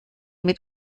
mit